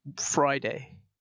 Friday